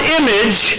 image